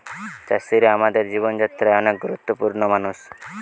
চাষিরা আমাদের জীবন যাত্রায় অনেক গুরুত্বপূর্ণ মানুষ